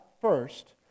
first